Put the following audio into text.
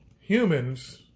humans